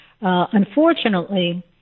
Unfortunately